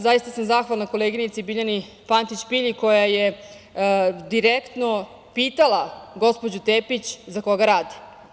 Zaista sam zahvalna koleginici Biljani Pantić Pilji koja je direktno pitala gospođu Tepić za koga radi.